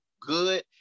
good